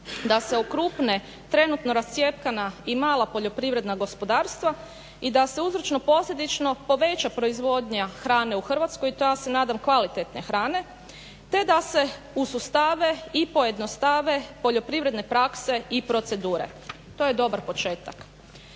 da se okrupne trenutno rascjepkana i mala poljoprivredna gospodarstva i da se uzročno-posljedično poveća proizvodnja hrane u Hrvatskoj i to ja se nadam kvalitetne hrane te da se usustave i pojednostave poljoprivredne prakse i procedure. To je dobar početak.